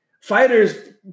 fighters